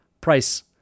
price